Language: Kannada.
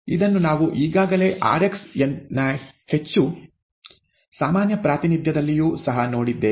ಇದನ್ನು ನಾವು ಈಗಾಗಲೇ rxನ ಹೆಚ್ಚು ಸಾಮಾನ್ಯ ಪ್ರಾತಿನಿಧ್ಯದಲ್ಲಿಯೂ ಸಹ ನೋಡಿದ್ದೇವೆ